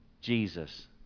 Jesus